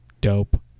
dope